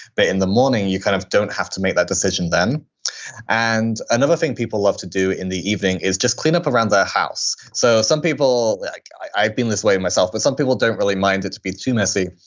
but in the morning, you kind of don't have to make that decision then and another thing people love to do in the evening is just clean up around their house. so some people, like i've been this way myself, but some people don't really mind it to be too messy.